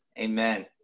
Amen